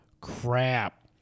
Crap